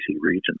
regions